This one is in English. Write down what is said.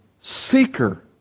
seeker